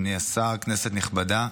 אדוני השר, כנסת נכבדה,